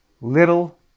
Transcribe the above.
Little